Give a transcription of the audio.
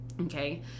Okay